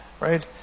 Right